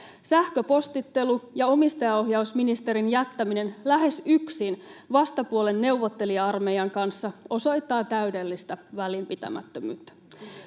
Sähköpostittelu ja omistajaohjausministerin jättäminen lähes yksin vastapuolen neuvottelija-armeijan kanssa osoittaa täydellistä välinpitämättömyyttä.